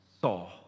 saw